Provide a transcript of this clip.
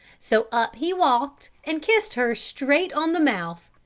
so up he walked and kissed her straight on the mouth.